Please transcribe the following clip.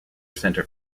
centre